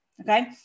Okay